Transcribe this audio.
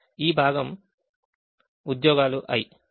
ఈ భాగం ఉద్యోగాలు i